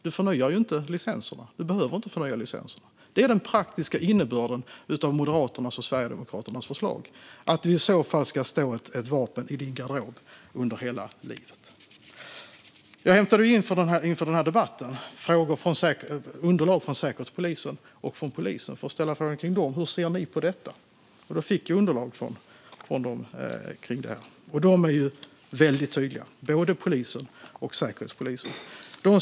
Du behöver inte förnya licensen. Det är den praktiska innebörden av Moderaternas och Sverigedemokraternas förslag: att det i så fall ska stå ett vapen i din garderob under hela livet. Inför denna debatt hämtade jag in underlag från Säkerhetspolisen och polisen. Jag ställde frågan till dem: Hur ser ni på detta? Då fick jag underlag från dem, och de är väldigt tydliga, både polisen och Säkerhetspolisen.